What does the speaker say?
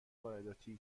وارداتی